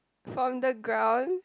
from the ground